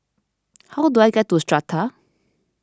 how do I get to Strata